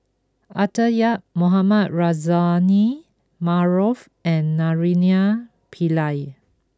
Arthur Yap Mohamed Rozani Maarof and Naraina Pillai